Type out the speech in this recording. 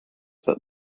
that